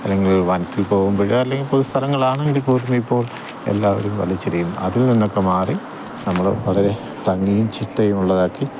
അല്ലെങ്കിൽ വനത്തിൽ പോകുമ്പോള് അല്ലെങ്കിൽ പൊതുസ്ഥലങ്ങളാണെങ്കിൽ പൊതുവേ ഇപ്പോള് എല്ലാവരും വലിച്ചെറിയും അതിൽ നിന്നൊക്കെ മാറി നമ്മള് വളരെ ഭംഗിയും ചിട്ടയുമുള്ളതാക്കി